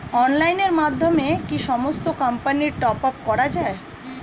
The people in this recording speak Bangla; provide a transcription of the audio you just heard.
অনলাইনের মাধ্যমে কি সমস্ত কোম্পানির টপ আপ করা যায়?